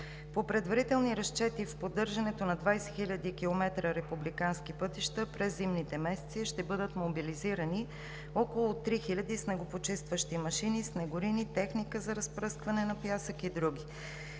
По предварителни разчети в поддържането на 20 хил. км републикански пътища през зимните месеци ще бъдат мобилизирани около три хиляди снегопочистващи машини, снегорини, техника за разпръскване на пясък и други.